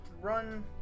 run